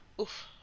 oof